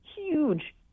Huge